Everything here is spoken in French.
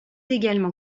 également